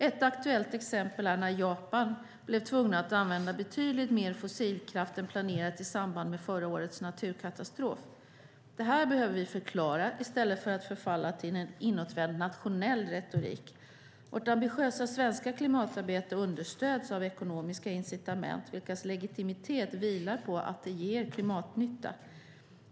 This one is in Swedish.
Ett aktuellt exempel är när Japan blev tvungna att använda betydligt mer fossilkraft än planerat i samband med förra årets naturkatastrof. Detta behöver vi förklara i stället för att förfalla till en inåtvänd nationell retorik. Vårt ambitiösa svenska klimatarbete understöds av ekonomiska incitament, vilkas legitimitet vilar på att de ger klimatnytta.